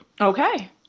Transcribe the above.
okay